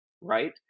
right